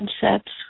concepts